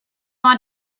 want